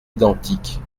identiques